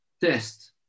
test